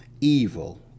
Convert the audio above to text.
evil